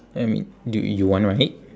I mean do you want right